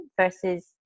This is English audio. versus